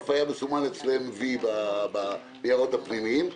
ואף היה מסומן אצלם וי בניירות הפנימיים.